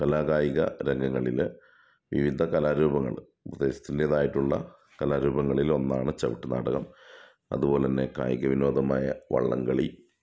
കലാകായിക രംഗങ്ങളില് വിവിധ കലാരൂപങ്ങൾ പ്രദേശത്തിൻ്റേതായിട്ടുള്ള കലാരൂപങ്ങളിൽ ഒന്നാണ് ചവിട്ടുനാടകം അതുപോലന്നെ കായിക വിനോദമായ വള്ളംകളി